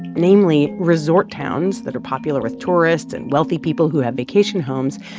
namely resort towns that are popular with tourists and wealthy people who have vacation homes.